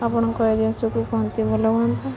ଆପଣଙ୍କ ଏଜେନ୍ସିକୁ କୁହନ୍ତି ଭଲ ହୁଅନ୍ତା